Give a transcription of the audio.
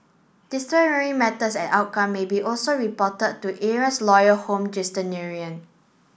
disciplinary matters and outcome maybe also be reported to errant's lawyer home